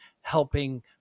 helping